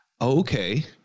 Okay